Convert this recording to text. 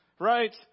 Right